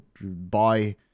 buy